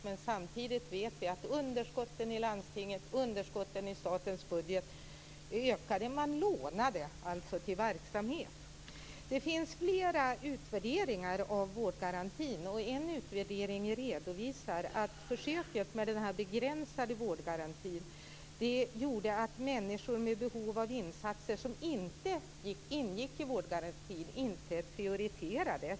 Men samtidigt vet vi att underskotten i landstingen och underskotten i statens budget ökade. Man lånade alltså till verksamhet. Det finns flera utvärderingar av vårdgarantin. I en utvärdering redovisas att försöket med denna begränsade vårdgarantin gjorde att människor med behov av insatser som inte omfattades av vårdgarantin inte prioriterades.